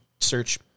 search